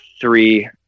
three